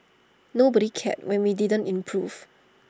nobody cared when we didn't improve